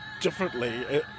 differently